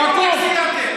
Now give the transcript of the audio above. חכו.